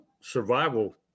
survival